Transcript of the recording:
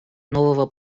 нового